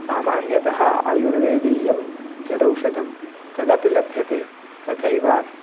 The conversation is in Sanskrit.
सामान्यतः आयुर्वेदीयं यदौषधं तदपि लभ्यते तथैव